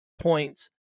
points